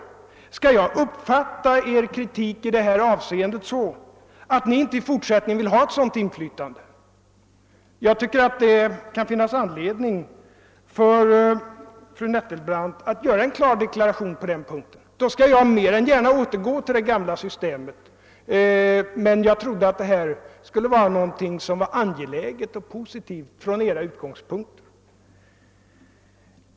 Skall jag uppfatta er kritik i detta avseende så att ni i fortsättningen inte vill ha ett sådant inflytande? Det kan finnas anledning för fru Nettelbrandt att göra en klar deklaration på denna punkt. Jag skulle mer än gärna återgå till det gamla systemet, men jag trodde att detta skulle vara något angeläget och positivt från era utgångspunkter.